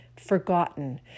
forgotten